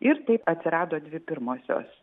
ir taip atsirado dvi pirmosios